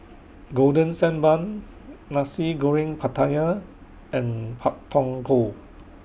Golden Sand Bun Nasi Goreng Pattaya and Pak Thong Ko